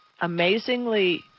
amazingly